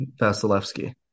Vasilevsky